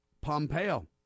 Pompeo